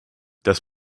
das